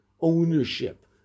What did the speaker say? ownership